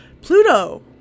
Pluto